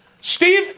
Steve